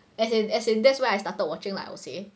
as in as in that's where I started watching lah I would say